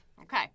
Okay